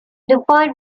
dupont